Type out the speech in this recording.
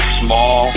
small